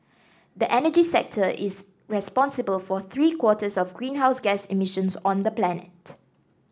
the energy sector is responsible for three quarters of greenhouse gas emissions on the planet